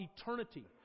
eternity